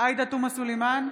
עאידה תומא סלימאן,